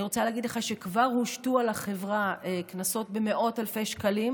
אני רוצה להגיד לך שכבר הושתו על החברה קנסות במאות אלפי שקלים,